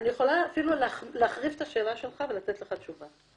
אני יכולה להחריף את השאלה שלך ולתת לך תשובה.